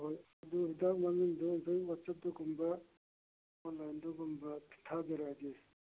ꯍꯣꯏ ꯑꯗꯨ ꯍꯤꯗꯥꯛ ꯃꯃꯤꯡꯗꯨ ꯍꯧꯖꯤꯛ ꯋꯥꯆꯞꯇꯒꯨꯝꯕ ꯑꯣꯟꯂꯥꯏꯟꯗꯒꯨꯝꯕ ꯊꯥꯖꯔꯛꯑꯒꯦ